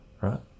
right